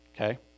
okay